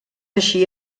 així